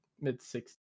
mid-sixties